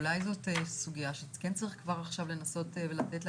אולי זאת סוגיה שכן צריך כבר עכשיו לנסות ולתת לה